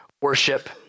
worship